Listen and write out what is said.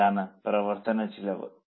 ഇതാണ് പ്രവർത്തന ചെലവ്